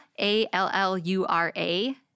A-L-L-U-R-A